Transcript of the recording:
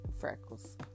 freckles